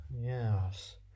Yes